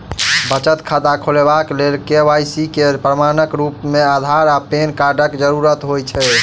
बचत खाता खोलेबाक लेल के.वाई.सी केँ प्रमाणक रूप मेँ अधार आ पैन कार्डक जरूरत होइ छै